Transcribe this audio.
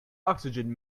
oxygen